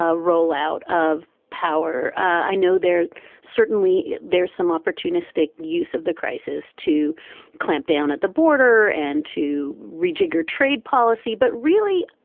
ah roll out of power. i know there's certainly there's some opportunistic use of the crisis to clamp down at the border and to rejigger trade policy but really,